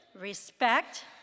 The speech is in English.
respect